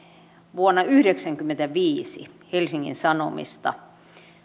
vuonna yhdeksänkymmentäviisi helsingin sanomista